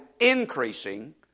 increasing